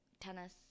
tennis